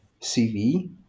CV